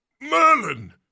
Merlin